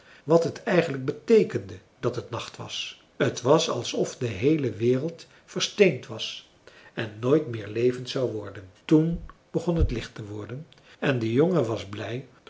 wat het eigenlijk beteekende dat het nacht was t was alsof de heele wereld versteend was en nooit meer levend zou worden toen begon het licht te worden en de jongen was blij